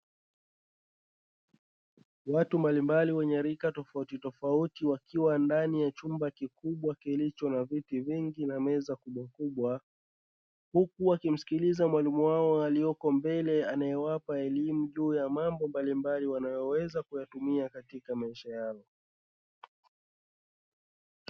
Watu mbalimbali wenye rika tofautitofauti, wakiwa ndani ya chumba kikubwa kilicho na viti vingi na meza kubwakubwa. Huku wakimsikiliza mwalimu wao aliye mbele anayewapa elimu juu mambo mbalimbali, wanayoweza kuyatumia katika maisha yao.